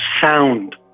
sound